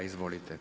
Izvolite.